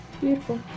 Beautiful